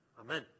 Amen